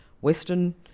Western